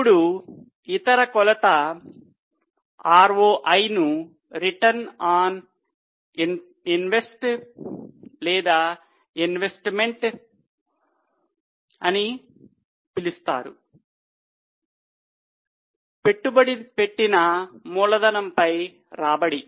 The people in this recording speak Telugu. ఇప్పుడు ఇతర కొలత ROI ను రిటర్న్ ఆన్ ఇన్వెస్ట్డ్ లేదా ఇన్వెస్ట్మెంట్ అని కూడా పిలుస్తారు పెట్టుబడి పెట్టిన మూలధనంపై రాబడి